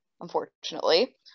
unfortunately